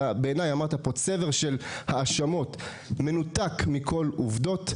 בעיניי אמרת פה צבר של האשמות מנותק מכל עובדות.